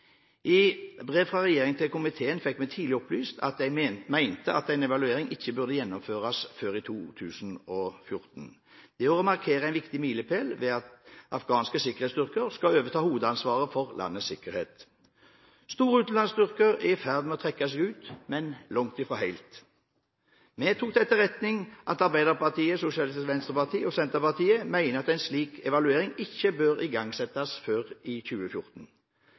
I brev fra regjeringen til komiteen fikk vi tidlig opplyst at den mente at en evaluering ikke burde gjennomføres før i 2014. Det året markerer en viktig milepel ved at afghanske sikkerhetsstyrker skal overta hovedansvaret for landets sikkerhet. Store utenlandsstyrker er i ferd med å trekkes ut, men langt fra helt. Vi tar til etterretning at Arbeiderpartiet, Sosialistisk Venstreparti og Senterpartiet mener en slik evaluering ikke bør igangsettes før i 2014.